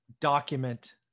document